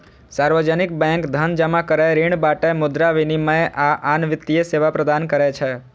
सार्वजनिक बैंक धन जमा करै, ऋण बांटय, मुद्रा विनिमय, आ आन वित्तीय सेवा प्रदान करै छै